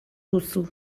duzu